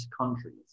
countries